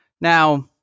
Now